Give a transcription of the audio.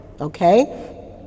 Okay